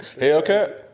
Hellcat